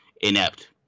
inept